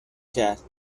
کرد